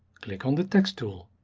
click on the text tool.